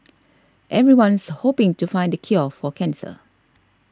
everyone's hoping to find the cure for cancer